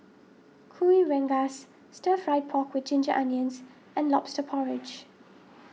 Kuih Rengas Stir Fried Pork with Ginger Onions and Lobster Porridge